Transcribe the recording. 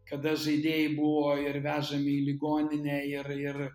kada žaidėjai buvo ir vežami į ligoninę ir ir